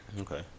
Okay